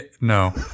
no